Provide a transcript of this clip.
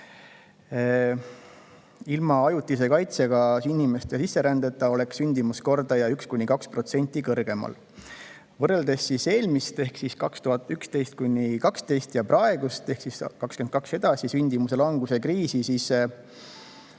Ilma ajutise kaitsega inimeste sisserändeta oleks sündimuskordaja 1–2% kõrgemal. Võrreldes eelmist – aastatel 2011–2012 – ja praegust – aastast 2022 edasi – sündimuse languse kriisi, siis